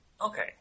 Okay